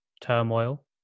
turmoil